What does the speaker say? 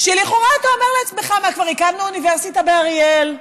ולכאורה אתה אומר לעצמך: כבר הקמנו אוניברסיטה באריאל,